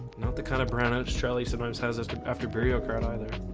not the kind of branagh charlie sometimes has this after burial ground either